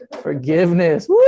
Forgiveness